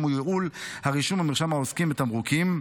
הוא ייעול הרישום במרשם העוסקים בתמרוקים.